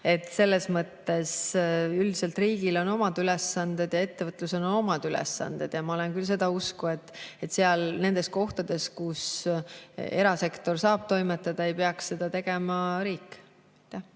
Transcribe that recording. Selles mõttes üldiselt riigil on omad ülesanded ja ettevõtlusel on omad ülesanded. Ma olen küll seda usku, et seal, nendes kohtades, kus erasektor saab toimetada, ei peaks seda tegema riik.